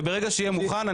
ברגע שיהיה מוכן,